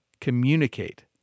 communicate